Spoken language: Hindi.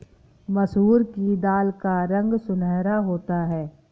मसूर की दाल का रंग सुनहरा होता है